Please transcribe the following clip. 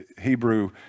Hebrew